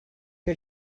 que